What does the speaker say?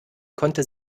konnte